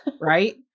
Right